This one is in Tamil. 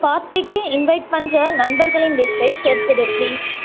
பார்ட்டிக்கு இன்வைட் பண்ணுற நண்பர்களின் லிஸ்ட்டை சேர்த்துவிடு ப்ளீஸ்